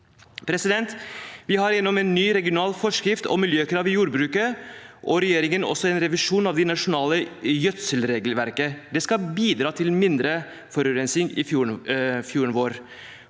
– Vi har fått gjennom en ny regional forskrift om miljøkrav i jordbruket, og regjeringen har også en revisjon av det nasjonale gjødselregelverket. Det skal bidra til mindre forurensning i fjorden vår.